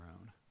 own